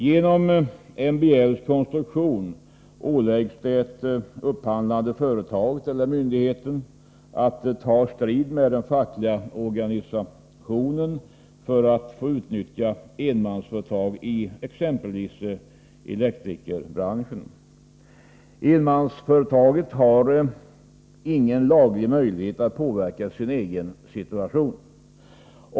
Genom MBL:s konstruktion åläggs det upphandlande företaget eller myndigheten att ta strid med den fackliga organisationen för att få utnyttja enmansföretag i exempelvis elektrikerbranschen. Enmansföretaget har ingen laglig möjlighet att påverka sin egen situation.